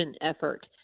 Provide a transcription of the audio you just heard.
effort